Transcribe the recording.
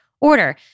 order